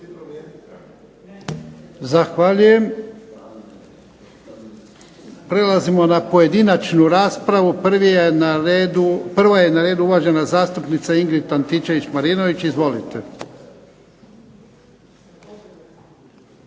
Zahvaljujem. Prelazimo na pojedinačnu raspravu. Prava je na redu uvažena zastupnica Ingrid Antičević-Marinović. Izvolite.